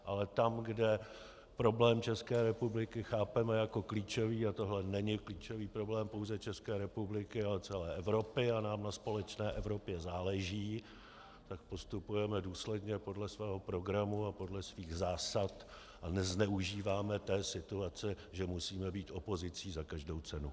Ale tam, kde problém České republiky chápeme jako klíčový a tohle není klíčový problém pouze České republiky, ale celé Evropy a nám na společné Evropě záleží tak postupujeme důsledně podle svého programu a podle svých zásad a nezneužíváme situace, že musíme být opozicí za každou cenu.